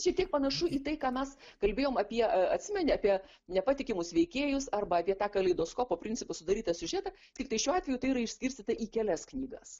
šitiek panašu į tai ką mes kalbėjom apie atsimeni apie nepatikimus veikėjus arba apie tą kaleidoskopo principu sudarytą siužetą tiktai šiuo atveju tai yra išskirstyta į kelias knygas